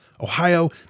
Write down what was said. Ohio